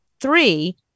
three